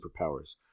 superpowers